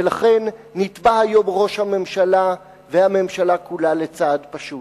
ולכן נתבעים היום ראש הממשלה והממשלה כולה לצעד פשוט: